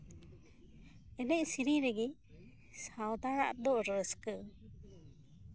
ᱮᱱᱮᱡᱼ ᱥᱮᱹᱨᱮᱹᱧ ᱨᱮᱜᱮ ᱥᱟᱱᱛᱟᱲᱟᱜ ᱫᱚ ᱨᱟᱹᱥᱠᱟᱹ